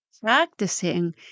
practicing